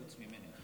חוץ ממני.